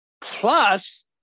plus